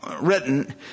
written